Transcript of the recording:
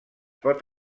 pot